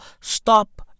Stop